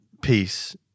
peace